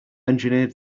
engineered